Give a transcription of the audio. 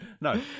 No